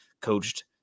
coached